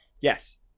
Yes